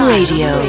Radio